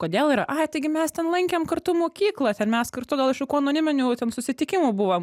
kodėl yra ai taigi mes ten lankėm kartu mokyklą kad mes kartu gal iš jokių anoniminių ten susitikimų buvom